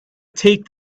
take